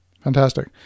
Fantastic